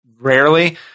rarely